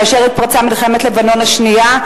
כאשר התפרצה מלחמת לבנון השנייה,